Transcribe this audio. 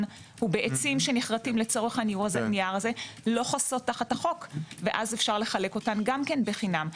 בעצים שנכרתים לא חוסות תחת החוק ואז אפשר לחלקן גם בחינם.